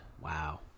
wow